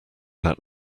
that